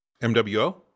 MWO